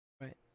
Right